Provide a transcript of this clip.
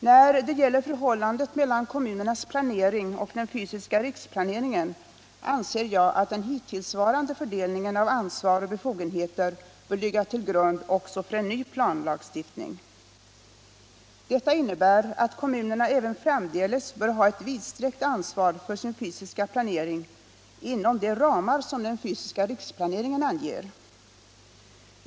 När det gäller förhållandet mellan kommunernas planering och den fysiska riksplaneringen anser jag att den hittillsvarande fördelningen av ansvar och befogenheter bör ligga till grund också för en ny planlagstiftning. Detta innebär att kommunerna även framdeles bör ha ett vidsträckt ansvar för sin fysiska planering inom de ramar som den fysiska riksplaneringen anger.